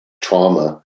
trauma